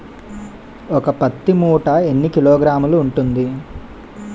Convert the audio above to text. ఒక పత్తి మూట ఎన్ని కిలోగ్రాములు ఉంటుంది?